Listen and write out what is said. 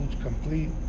complete